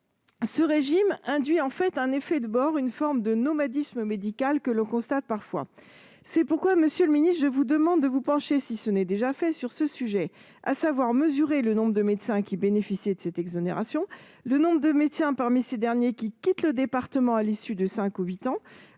Ce régime induit en fait un effet de bord- une forme de nomadisme médical que l'on constate parfois. C'est pourquoi, monsieur le ministre, je vous demande de vous pencher, si ce n'est déjà fait, sur ce sujet, à savoir mesurer le nombre de médecins qui bénéficient de cette exonération et, parmi ces derniers, le nombre de médecins qui quittent le département à l'issue de cinq ou huit ans,